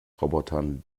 robotern